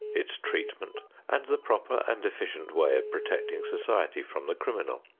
its treatment and the proper and efficient way of protecting society from the criminal.